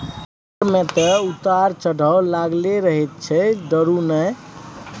बेपार मे तँ उतार चढ़ाव लागलै रहैत छै डरु नहि